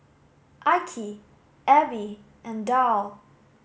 Ike Abby and Darl